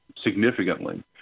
significantly